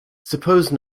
suppose